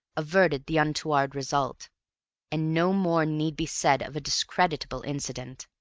averted the untoward result and no more need be said of a discreditable incident.